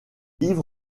livre